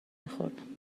میخوردیم